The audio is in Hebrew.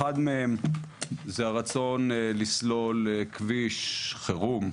אחד מהם הוא הרצון לסלול כביש חירום,